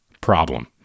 problem